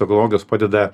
technologijos padeda